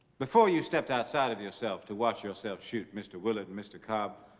before you stepped outside of yourself to watch yourself shoot mr. willard and mr. cobb,